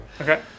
Okay